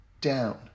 down